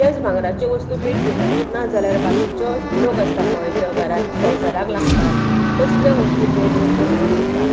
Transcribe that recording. तेच भांगराच्यो वस्तू भेट दितात ना जाल्यार बाकीचो लोक आसता पळय त्यो घरांत संवसारांत लागतात तसल्यो वस्तू भेटवस्तू म्हणून दितात